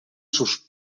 sus